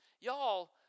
Y'all